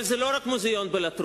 אבל זה לא רק מוזיאון בלטרון,